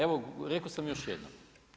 Evo rekao sam još jednom.